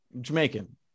Jamaican